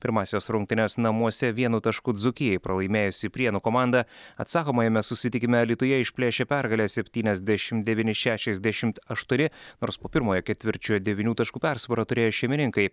pirmąsias rungtynes namuose vienu tašku dzūkijai pralaimėjusi prienų komanda atsakomajame susitikime alytuje išplėšė pergalę septyniasdešimt devyni šešiasdešimt aštuoni nors po pirmojo ketvirčio devynių taškų persvarą turėjo šeimininkai